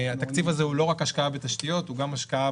התקציב הזה הוא לא רק השקעה בתשתיות הוא גם השקעה